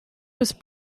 was